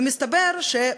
ומסתבר ש,